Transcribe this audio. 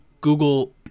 Google